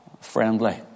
friendly